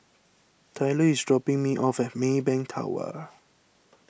Tyler is dropping me off at Maybank Tower